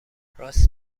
راس